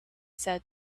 said